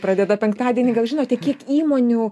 pradeda penktadienį gal žinote kiek įmonių